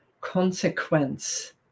consequence